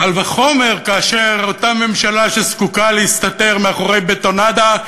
קל וחומר כאשר אותה ממשלה שזקוקה להסתתר מאחורי בטונדה,